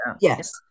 Yes